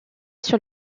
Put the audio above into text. sur